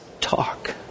talk